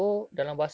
ah